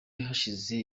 hashize